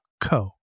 co